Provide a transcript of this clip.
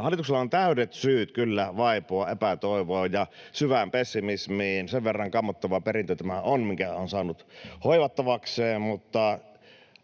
Hallituksella on täydet syyt kyllä vaipua epätoivoon ja syvään pessimismiin, sen verran kammottava on tämä perintö, minkä se on saanut hoivattavakseen. Mutta